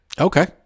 Okay